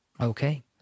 Okay